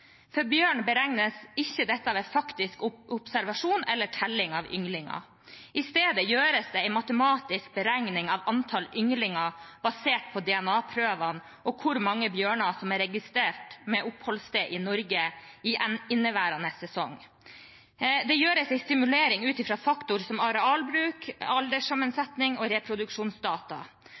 For bjørn beregnes ikke dette ved faktisk observasjon eller telling av ynglinger. I stedet gjøres det en matematisk beregning av antall ynglinger basert på DNA-prøvene og hvor mange bjørner som er registrert med oppholdssted i Norge i inneværende sesong. Det gjøres en simulering ut fra faktorer som arealbruk, alderssammensetning og reproduksjonsdata.